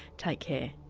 take care